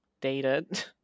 dated